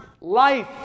life